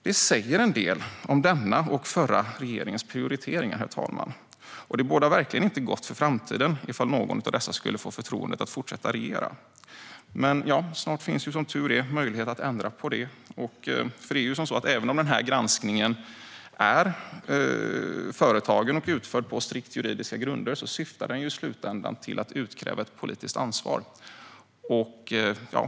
Det säger en del om denna och den förra regeringens prioriteringar, herr talman, och det bådar verkligen inte gott för framtiden ifall någon av dessa skulle få förtroendet att fortsätta regera. Men snart finns som tur är möjlighet att ändra på det. För även om granskningen är företagen och utförd på strikt juridiska grunder syftar den i slutändan till att utkräva ett politiskt ansvar.